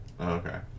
okay